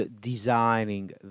designing